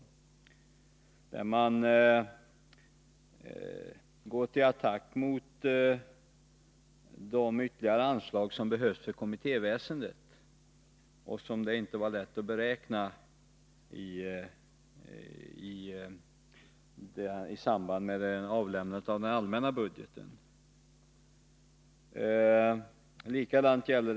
I den första av dem går man till attack mot de ytterligare anslag som behövs för kommittéväsendet och som det inte var lätt att beräkna i samband med avlämnandet av budgetpropositionen.